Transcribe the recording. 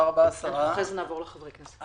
לאחר מכן נעבור לחברי כנסת.